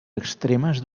extremes